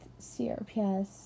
CRPS